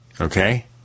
Okay